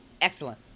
excellent